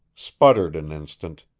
sputtered an instant,